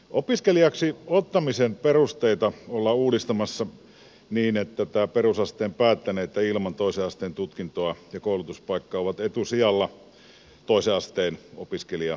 opiskelijaksi ottamisen perusteita ollaan uudistamassa niin että perusasteen päättäneet ja ilman toisen asteen tutkintoa ja koulutuspaikkaa olevat ovat etusijalla toisen asteen opiskelijavalinnassa